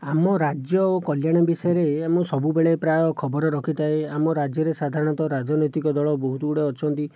ଆମ ରାଜ୍ୟ ଓ କଲ୍ୟାଣ ବିଷୟରେ ମୁଁ ସବୁବେଳେ ପ୍ରାୟ ଖବର ରଖିଥାଏ ଆମ ରାଜ୍ୟରେ ସାଧାରଣତଃ ରାଜନୈତିକ ଦଳ ବହୁତ ଗୁଡ଼ିଏ ଅଛନ୍ତି